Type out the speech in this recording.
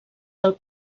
del